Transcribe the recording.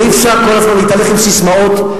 ואי-אפשר כל הזמן להתהלך עם ססמאות.